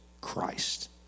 Christ